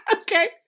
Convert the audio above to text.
Okay